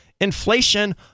Inflation